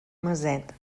maset